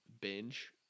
binge